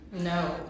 No